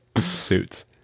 suits